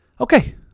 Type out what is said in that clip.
okay